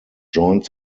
joined